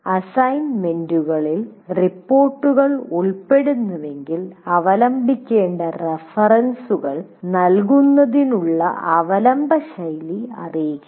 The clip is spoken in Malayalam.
അസൈൻമെന്റുകളിൽ റിപ്പോർട്ടുകൾ ഉൾപ്പെടുന്നുവെങ്കിൽ അവലംബിക്കേണ്ട റഫറൻസുകൾ നൽകുന്നതിനുള്ള അവലംബ ശൈലി അറിയിക്കണം